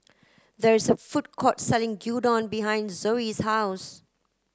there is a food court selling Gyudon behind Zoie's house